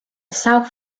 south